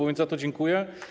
A więc za to dziękuję.